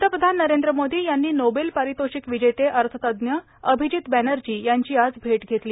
पंतप्रधान नरेंद्र मोदी यांनी नोबेल पारितोषिक विजेते अर्थतज्ज्ञ अभिजीत बप्तर्जी यांची आज भेटली